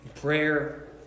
prayer